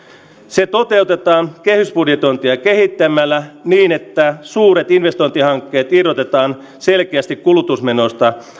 se toteutetaan kehysbudjetointia kehittämällä niin että suuret investointihankkeet irrotetaan selkeästi kulutusmenoista